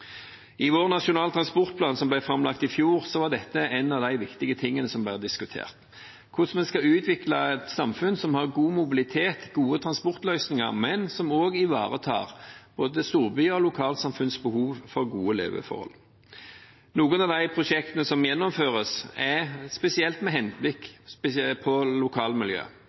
I vår Nasjonal transportplan som ble framlagt i fjor, var dette en av de viktige tingene som ble diskutert: Hvordan vi skal utvikle et samfunn som har god mobilitet, gode transportløsninger, men som også ivaretar både storbyer og lokalsamfunns behov for gode leveforhold. Noen av de prosjektene som gjennomføres, er spesielt med henblikk på lokalmiljøet,